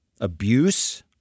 abuse